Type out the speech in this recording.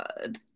god